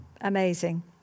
amazing